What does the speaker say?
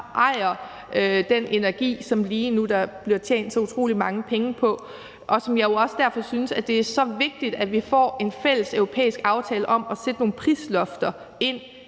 ejer den energi, som der lige nu bliver tjent så utrolig mange penge på. Derfor synes jeg jo også, at det er så vigtigt, at vi får en fælles europæisk aftale om at sætte nogle prislofter ind